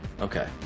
Okay